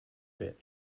bit